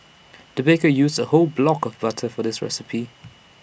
the baker used A whole block of butter for this recipe